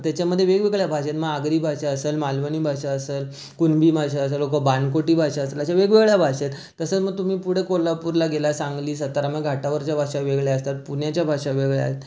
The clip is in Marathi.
मग त्याच्यामध्ये वेगवेगळ्या भाषा आहेत मग आगरी भाषा असेल मालवणी भाषा असेल कुणबी भाषा असेल ओ को बानकोटी भाषा असेल अशा वेगवेगळ्या भाषा आहेत तसं मग तुम्ही पुढं कोल्हापूरला गेला सांगली सतारा मग घाटावरच्या भाषा वेगळ्या असतात पुण्याच्या भाषा वेगळ्या आहेत